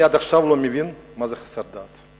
אני עד עכשיו לא מבין מה זה חסר דת,